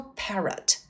parrot